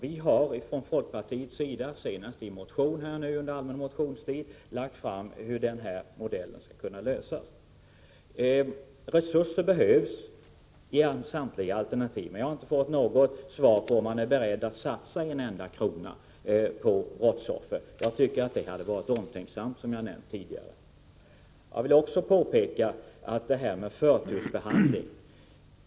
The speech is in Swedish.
Vi har från folkpartiets sida senast i en motion väckt under allmänna motionstiden lagt fram förslag till en modell till att lösa det här problemet. Resurser behövs i samtliga alternativ, men jag har inte fått något svar på om man är beredd att satsa en enda krona på brottsoffer — jag tycker, som jag har nämnt tidigare, att det hade varit omtänksamt. Jag vill också göra ett påpekande när det gäller förtursbehandling.